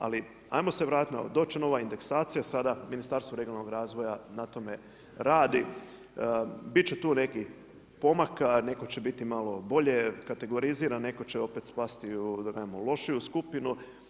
Ali ajmo se vratiti na ovo, doći će nova indeksacija sada, Ministarstvo regionalnog razvoja na tome radi, biti će tu nekih pomaka, netko će biti malo bolje kategoriziran, nego će opet spasti u nekakvu lošiju skupinu.